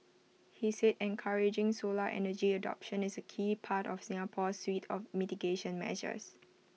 he said encouraging solar energy adoption is A key part of Singapore's suite of mitigation measures